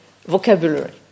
vocabulary